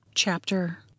Chapter